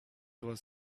was